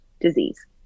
disease